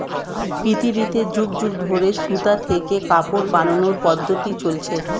পৃথিবীতে যুগ যুগ ধরে সুতা থেকে কাপড় বানানোর পদ্ধতি চলছে